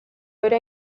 bera